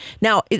Now